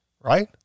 Right